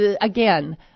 Again